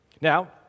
Now